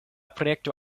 projekto